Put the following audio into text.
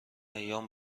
ایام